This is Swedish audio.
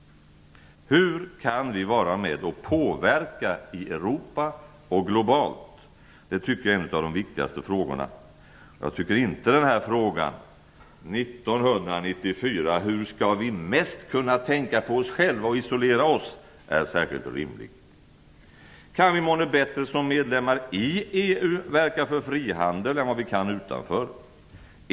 Hur kan vi vara med och påverka i Europa och globalt? Detta tycker jag är en av de viktigaste frågorna. Jag tycker inte att frågan 1994 hur vi mest kan tänka på oss själva och isolera oss är särskilt rimlig. Kan vi månne bättre som medlemmar i EU verka för frihandel än vad vi kan utanför?